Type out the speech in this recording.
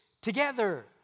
together